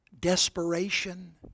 desperation